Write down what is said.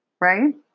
right